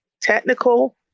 technical